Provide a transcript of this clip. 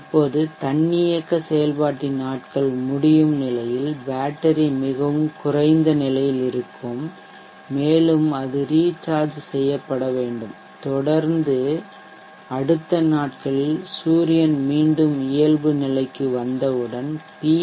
இப்போது தன்னியக்க செயல்பாட்டின் நாட்கள் முடியும் நிலையில் பேட்டரி மிகவும் குறைந்த நிலையில் இருக்கும் மேலும் அது ரீசார்ஜ் செய்யப்பட வேண்டும் தொடர்ந்து அடுத்த நாட்களில் சூரியன் மீண்டும் இயல்பு நிலைக்கு வந்த உடன் பி